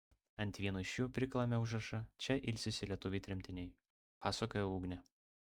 ant vieno iš jų prikalame užrašą čia ilsisi lietuviai tremtiniai pasakoja ugnė